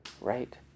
right